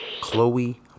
Chloe